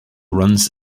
runs